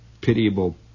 pitiable